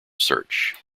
search